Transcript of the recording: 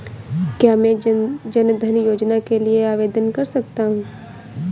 क्या मैं जन धन योजना के लिए आवेदन कर सकता हूँ?